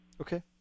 Okay